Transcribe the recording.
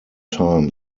time